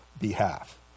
behalf